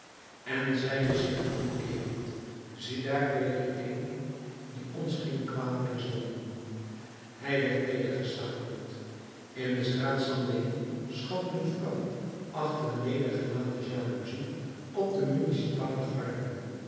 en zeide zich omkeerend ziedaar weder een die ons geen kwaad meer zal doen hij werd nedergesabeld in de straat st dénis schoot een vrouw achter een nedergelaten jaloezie op de municipale garde